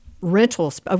rentals